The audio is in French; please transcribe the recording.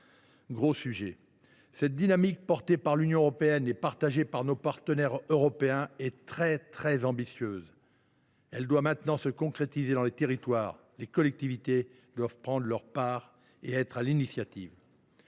à 2033. Cette dynamique, portée par l’Union européenne et partagée par nos partenaires européens, est extrêmement ambitieuse. Elle doit maintenant se concrétiser dans les territoires. Les collectivités doivent prendre leur part des initiatives.